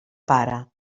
para